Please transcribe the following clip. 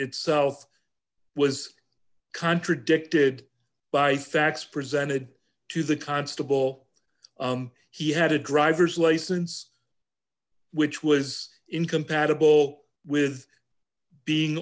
itself was contradicted by facts presented to the constable he had a driver's license which was incompatible with being